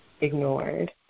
ignored